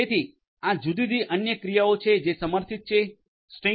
તેથી આ જુદી જુદી અન્ય ક્રિયાઓ છે જે સમર્થિત છે અસાઈમેન્ટ સ્ટ્રીંગ